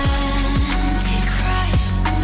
antichrist